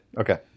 Okay